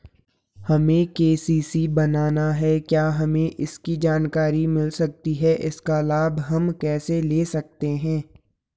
हमें के.सी.सी बनाना है क्या हमें इसकी जानकारी मिल सकती है इसका लाभ हम कैसे ले सकते हैं?